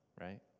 right